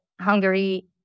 Hungary